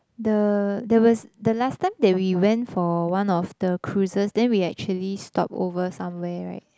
the there was the last time that we went for one of the cruises then we actually stop over somewhere right